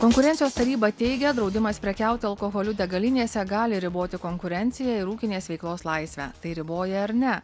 konkurencijos taryba teigia draudimas prekiauti alkoholiu degalinėse gali riboti konkurenciją ir ūkinės veiklos laisvę tai riboja ar ne